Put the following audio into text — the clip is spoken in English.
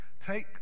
take